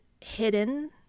hidden